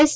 S